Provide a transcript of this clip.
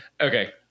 Okay